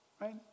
Right